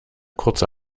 kurze